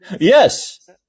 Yes